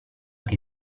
che